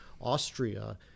Austria